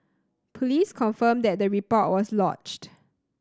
police confirmed that the report was lodged